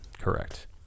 correct